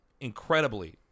incredibly